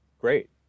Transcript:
great